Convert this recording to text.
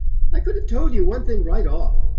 i could have told you one thing right off,